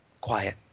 quiet